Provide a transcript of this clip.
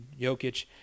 Jokic